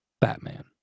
Batman